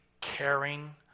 caring